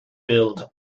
build